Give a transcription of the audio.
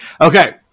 Okay